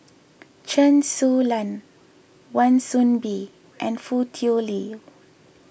Chen Su Lan Wan Soon Bee and Foo Tui Liew